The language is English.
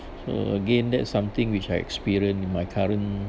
so again that's something which I experienced my current